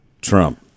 Trump